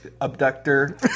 abductor